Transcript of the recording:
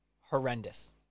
Horrendous